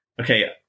okay